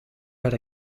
but